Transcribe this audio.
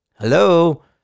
Hello